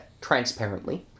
Transparently